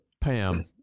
PAM